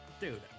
Dude